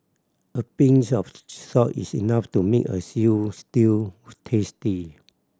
a pinch of salt is enough to make a stew tasty